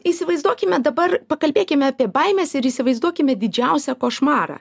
įsivaizduokime dabar pakalbėkime apie baimes ir įsivaizduokime didžiausią košmarą